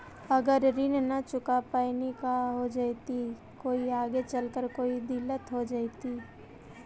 अगर ऋण न चुका पाई न का हो जयती, कोई आगे चलकर कोई दिलत हो जयती?